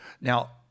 Now